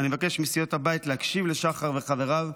אני מבקש מסיעות הבית להקשיב לשחר וחבריו.